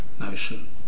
notion